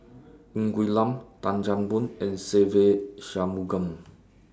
Ng Quee Lam Tan Chan Boon and Se Ve Shanmugam